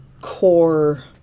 core